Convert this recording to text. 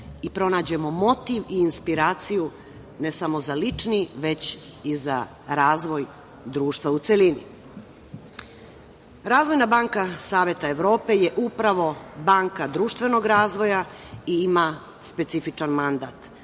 i pronađemo motiv i inspiraciju ne samo za lični, već i za razvoj društva u celini. Razvojna banka Saveta Evrope je upravo banka društvenog razvoja i ima specifičan mandat.